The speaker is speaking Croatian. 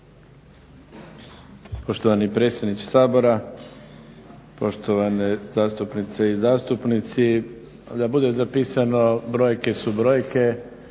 Poštovani predsjedniče Sabora, poštovane zastupnice i zastupnici. Da bude zapisano brojke su brojke.